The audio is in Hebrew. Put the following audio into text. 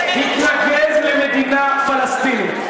הוא התנגד למדינה פלסטינית.